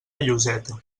lloseta